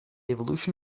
evolution